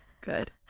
Good